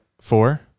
Four